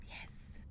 Yes